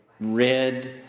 red